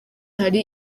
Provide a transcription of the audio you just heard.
hari